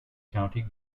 county